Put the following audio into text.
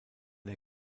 der